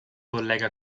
collega